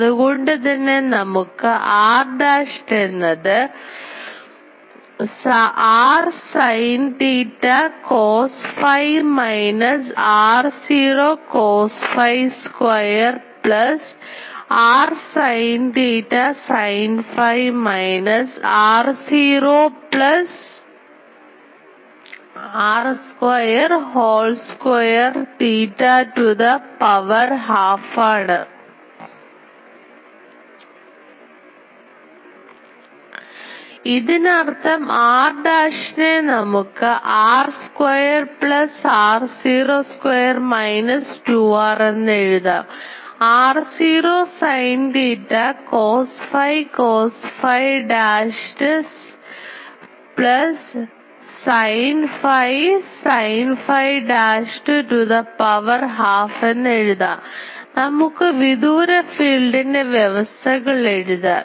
അതുകൊണ്ട് തന്നെ നമുക്ക് r dashed എന്നത് r sin theta cos phi minus r0 cos phi square plus r sin theta sin phi minus r0 plus r square whole square theta to the power half ആണ് ഇതിനർത്ഥം r dashed നെ നമുക്ക് r square plus r0 square minus 2 r എഴുതാം r0 sin theta cos phi cos phi dashed plus sin phi sin phi dashed to the power halfഎന്ന് എഴുതാം നമുക്ക് വിദൂര ഫീൽഡ്ൻറെ വ്യവസ്ഥകൾ എഴുതാം